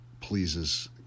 pleases